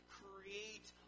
create